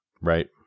Right